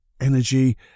energy